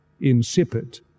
insipid